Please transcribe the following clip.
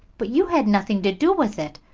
but you had nothing to do with it.